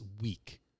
week